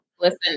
listen